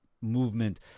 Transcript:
movement